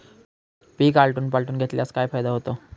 पीक आलटून पालटून घेतल्यास काय फायदा होतो?